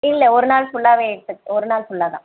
இல்லை ஒரு நாள் ஃபுல்லாகவே எடுத்துக் ஒரு நாள் ஃபுல்லா தான்